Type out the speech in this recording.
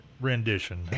Rendition